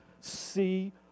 see